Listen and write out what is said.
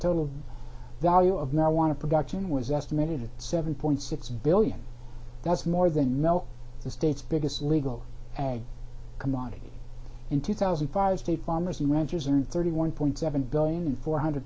total value of marijuana production was estimated at seven point six billion that's more than the state's biggest legal ag commodity in two thousand and five states farmers and ranchers are thirty one point seven billion four hundred